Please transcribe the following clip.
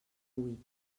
huit